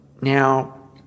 Now